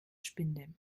spinde